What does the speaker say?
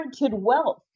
wealth